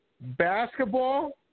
Basketball